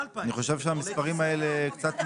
אני חושב שהמספרים האלה קצת מוזרים.